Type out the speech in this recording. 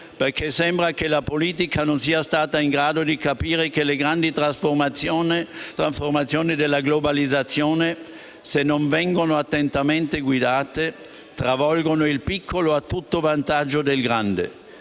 perché sembra che la politica non sia stata in grado di capire che le grandi trasformazioni della globalizzazione, se non vengono attentamente guidate, travolgono il piccolo a tutto vantaggio del grande.